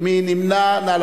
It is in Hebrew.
שחומרתם